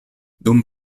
dum